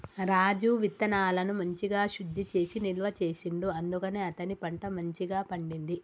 రాజు విత్తనాలను మంచిగ శుద్ధి చేసి నిల్వ చేసిండు అందుకనే అతని పంట మంచిగ పండింది